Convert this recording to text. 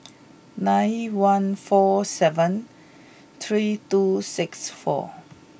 nine one four seven three two six four